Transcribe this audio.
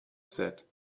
said